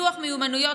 פיתוח מיומנויות,